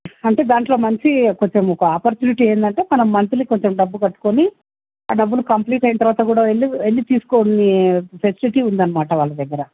అంటే దాంట్లో మంచి కొంచం ఒక ఆపర్చునిటీ ఏంటంటే మనం మంత్లీ కొంచం డబ్బు కట్టుకొని ఆ డబ్బులు కంప్లీట్ అయిన తర్వాత కూడా వెళ్ళి వెళ్ళి తీసుకునే ఫెసిలిటీ ఉంది అన్నమాట వాళ్ళ దగ్గర